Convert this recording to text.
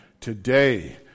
Today